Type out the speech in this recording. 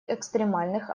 экстремальных